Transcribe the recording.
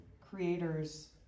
creator's